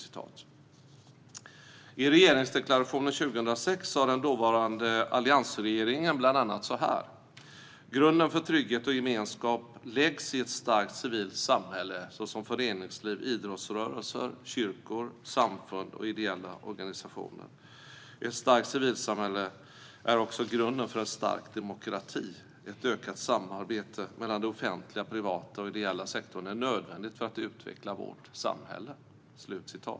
I regeringsdeklarationen från 2006 sa den dåvarande alliansregeringen bland annat så här: "Grunden för trygghet och gemenskap läggs i ett starkt civilt samhälle såsom föreningsliv, idrottsrörelser, kyrkor, samfund, och ideella organisationer. Solidariteten i de offentliga välfärdssystemen är ett komplement till ett samhälle som i högre grad präglas av medmänsklighet, ansvarstagande och idealitet. Ett starkt civilt samhälle är också grunden för en stark demokrati. Ett ökat samarbete mellan den offentliga, privata och ideella sektorn är nödvändigt för att utveckla vårt samhälle."